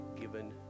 given